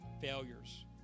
failures